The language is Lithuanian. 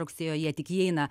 rugsėjo jie tik įeina